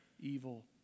evil